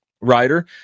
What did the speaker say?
writer